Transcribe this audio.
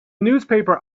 newspaper